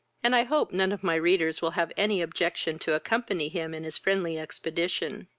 and i hope none of my readers will have any objection to accompany him in his friendly expedition.